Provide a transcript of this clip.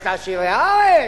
את עשירי הארץ.